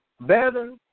better